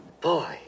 Boy